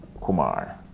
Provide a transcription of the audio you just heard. kumar